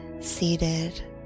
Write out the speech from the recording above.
seated